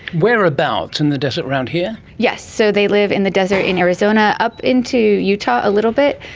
whereabouts? in the desert around here? yes. so they live in the desert in arizona, up into utah a little bit,